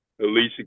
Alicia